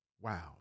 Wow